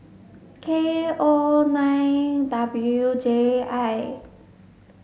K O nine W J I